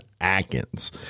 Atkins